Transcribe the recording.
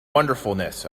wonderfulness